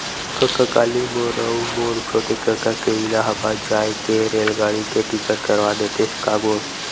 कका काली मोर अऊ मोर छोटे कका के इलाहाबाद जाय के रेलगाड़ी के टिकट करवा देतेस का गो